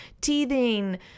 teething